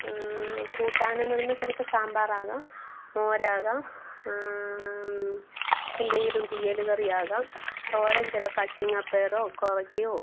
കൂട്ടാനെന്ന് പറയുമ്പോൾ ചിലപ്പോൾ സാമ്പാറാകാം മോരാകാം എന്തെങ്കിലും തീയൽ കറിയാകാം തോരൻ ചിലപ്പോൾ അച്ചിങ്ങ പയറോ കോവയ്ക്കയോ